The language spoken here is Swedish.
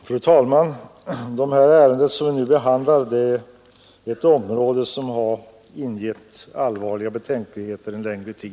Fru talman! Det ärende som vi nu behandlar gäller en företeelse som en längre tid har ingivit allvarliga betänkligheter.